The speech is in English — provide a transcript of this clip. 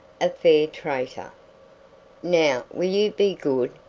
a fair traitor now will you be good?